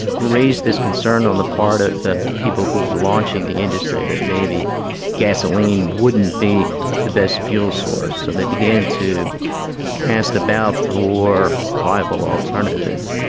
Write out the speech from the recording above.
raised this concern on the part of the people who were launching the industry, that maybe gasoline wouldn't be the best fuel source, so they began to cast about for viable alternatives.